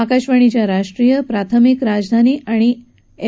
आकाशवाणीच्या राष्ट्रीय प्राथमिक राजधानी आणि एफ